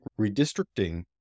redistricting